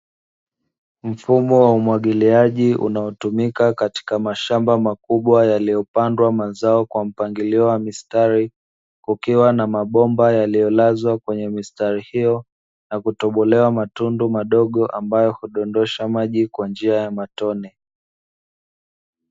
Mfumo wa umwagiliaji unaotumika katika mashamba makubwa yalipandwa mazao kwa mpangilio wa mistari, kukiwa na mabomba yaliyolazwa kwenye mistari hiyo na kutobolewa matundu madogo ambayo hudondosha maji kwa njia ya matone.